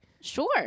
Sure